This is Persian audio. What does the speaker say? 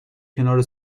کنار